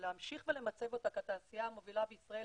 ולהמשיך ולמצב אותה כתעשייה המובילה בישראל